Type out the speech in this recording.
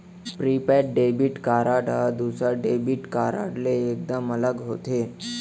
prepaid debit card ह दूसर debit card ले एकदम अलग होथे